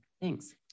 Thanks